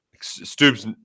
Stoops